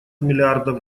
миллиардов